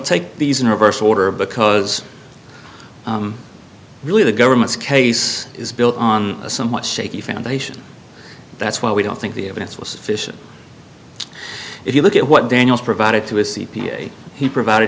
take these in reverse order because really the government's case is built on a somewhat shaky foundation that's why we don't think the evidence was sufficient if you look at what daniels provided to his c p a he provided